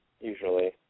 usually